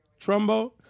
Trumbo